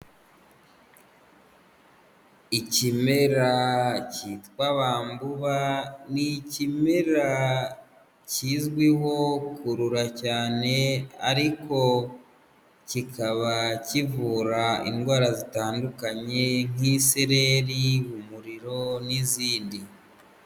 Ikimera cyitwa bambuba ni ikimera kizwiho kurura cyane ariko kikaba kivura indwara zitandukanye nk'isereri, umuriro n'izindi.